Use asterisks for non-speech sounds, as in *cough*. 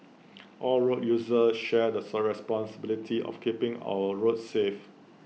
all road users share the *unintelligible* responsibility of keeping our roads safe